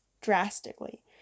drastically